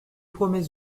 promets